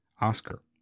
Oscar